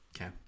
Okay